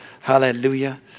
Hallelujah